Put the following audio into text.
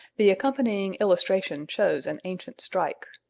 the accompanying illustration shows an ancient strike.